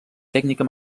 tècnica